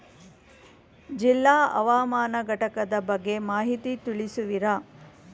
ಜಿಲ್ಲಾ ಹವಾಮಾನ ಘಟಕದ ಬಗ್ಗೆ ಮಾಹಿತಿ ತಿಳಿಸುವಿರಾ?